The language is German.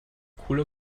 coole